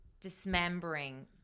dismembering